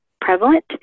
prevalent